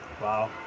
Wow